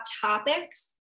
topics